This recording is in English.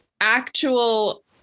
actual